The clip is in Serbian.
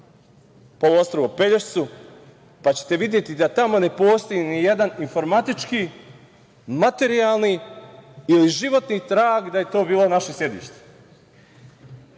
poluostrvo Pelješac, pa ćete videti da tamo ne postoji nijedan informatički, materijalni ili životni trag da je to bilo naše sedište. To